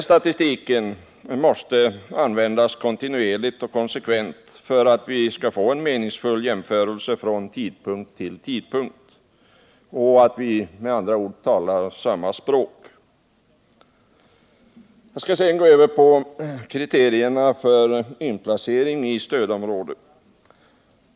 Statistiken måste användas kontinuerligt och konsekvent för att vi skall kunna göra en meningsfull jämförelse mellan olika tidpunkter, med andra ord för att vi skall kunna tala samma språk. Sedan skall jag gå in på kriterierna för inplacering i stödområdet.